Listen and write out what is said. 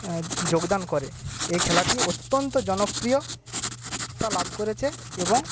যোগদান করে এই খেলাটি অত্যন্ত জনপ্রিয়তা লাভ করেছে এবং